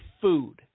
food